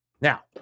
Now